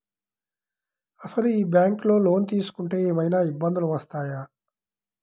అసలు ఈ బ్యాంక్లో లోన్ తీసుకుంటే ఏమయినా ఇబ్బందులు వస్తాయా?